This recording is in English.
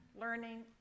learning